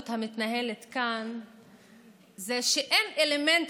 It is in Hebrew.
ולהתנחלויות, מאות מיליונים,